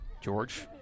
George